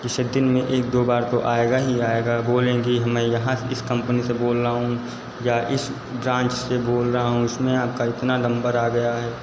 जैसे दिन में एक दो बार तो आएगा ही आएगा बोलेंगे हाँ मैं यहाँ से इस कम्पनी से बोल रहा हूँ या इस ब्रांच से बोल रहा हूँ इसमें आपका इतना नंबर आ गया है